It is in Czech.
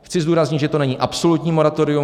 Chci zdůraznit, že to není absolutním moratorium.